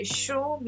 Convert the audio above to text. show